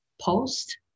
post